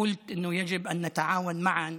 להלן תרגומם: